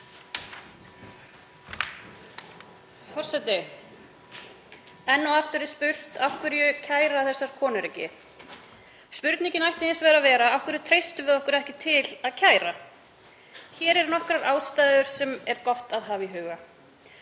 Forseti. Enn og aftur er spurt: Af hverju kæra þessar konur ekki? Spurningin ætti hins vegar að vera: Af hverju treystum við okkur ekki til að kæra? Hér eru nokkrar ástæður sem er gott að hafa í huga: